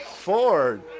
Ford